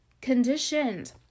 conditioned